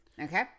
Okay